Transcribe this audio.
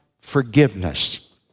forgiveness